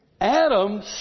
Adam